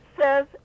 says